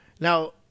Now